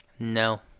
No